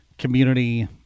community